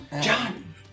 John